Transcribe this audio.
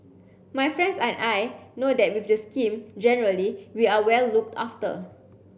my friends and I know that with the scheme generally we are well looked after